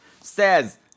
says